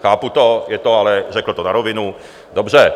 Chápu to, je to ale řekl to na rovinu dobře.